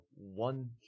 one